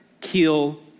kill